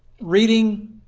reading